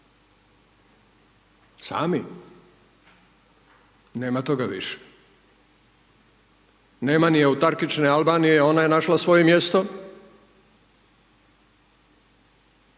Sami? Nema toga više. Nema ni autarkične Albanije, ona je našla svoje mjesto,